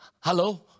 Hello